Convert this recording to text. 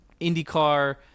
IndyCar